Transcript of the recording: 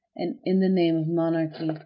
and in the name of monarchy.